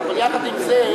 אבל יחד עם זה,